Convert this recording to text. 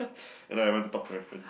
and I went to talk to my friends